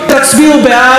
תצביעו בעד.